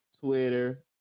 Twitter